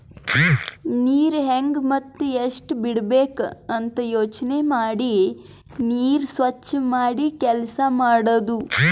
ನೀರ್ ಹೆಂಗ್ ಮತ್ತ್ ಎಷ್ಟ್ ಬಿಡಬೇಕ್ ಅಂತ ಯೋಚನೆ ಮಾಡಿ ನೀರ್ ಸ್ವಚ್ ಮಾಡಿ ಕೆಲಸ್ ಮಾಡದು